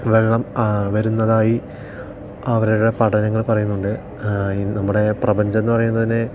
വെള്ളം വരുന്നതായി അവരുടെ പഠനങ്ങൾ പറയുന്നുണ്ട് നമ്മുടെ പ്രപഞ്ചം എന്ന് പറയുന്നത് തന്നെ